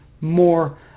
more